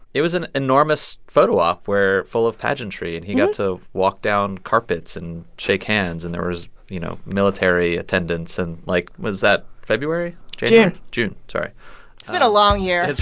it was an enormous photo op, where full of pageantry. and he got to walk down carpets and shake hands. and there was, you know, military attendants. and, like, was that february? june june, sorry it's been a long year it's